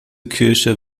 kirche